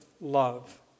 love